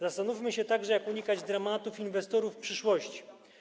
Zastanówmy się także, jak unikać dramatów inwestorów w przyszłości.